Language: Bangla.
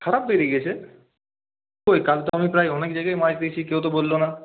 খারাপ বেরিয়ে গেছে কই কাল তো আমি প্রায় অনেক জায়গায় মাছ দিয়েছি কেউ তো বলল না